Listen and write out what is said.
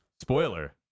Spoiler